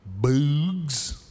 Boogs